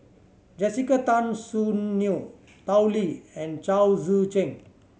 Jessica Tan Soon Neo Tao Li and Chao Tzee Cheng